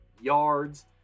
yards